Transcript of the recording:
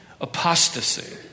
apostasy